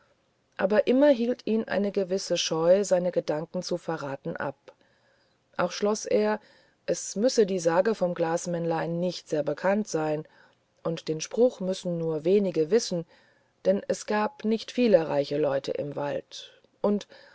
aber immer hielt ihn eine gewisse scheu seine gedanken zu verraten ab auch schloß er es müsse die sage vom glasmännlein nicht sehr bekannt sein und den spruch müssen nur wenige wissen denn es gab nicht viele reiche leute im wald und